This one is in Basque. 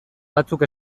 batzuk